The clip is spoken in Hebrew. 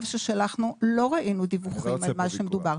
ששלחנו לא ראינו דיווחים על מה שמדובר.